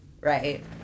Right